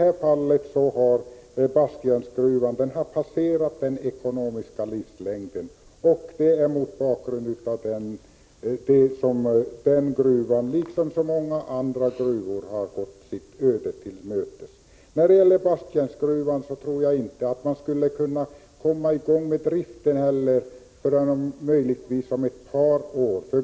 Basttjärnsgruvan har passerat den ekonomiska livslängden, och det är mot bakgrund av det som den gruvan, liksom så många andra gruvor, har gått sitt öde till mötes. Jag tror inte heller att man skulle kunna komma i gång med driften i Basttjärnsgruvan förrän möjligtvis om ett par år.